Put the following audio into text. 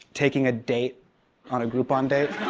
taking a date on a groupon date?